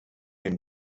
and